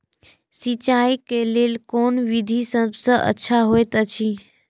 सिंचाई क लेल कोन विधि सबसँ अच्छा होयत अछि?